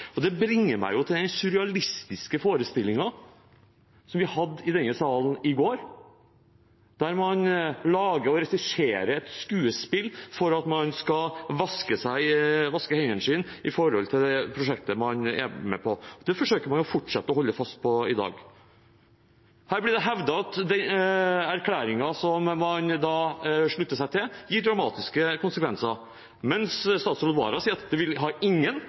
Det bringer meg til den surrealistiske forestillingen som vi hadde i denne salen i går, der man lager og regisserer et skuespill for at man skal vaske hendene sine i forhold til det prosjektet man er med på. Det forsøker man å fortsette å holde fast på i dag. Her ble det hevdet at den erklæringen man slutter seg til, gir dramatiske konsekvenser, mens statsråd Wara sier at den har ingen